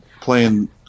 playing –